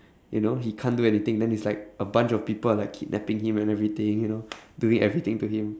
you know he can't do anything then it's like a bunch of people are like kidnapping him and everything you know doing everything to him